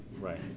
Right